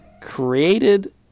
created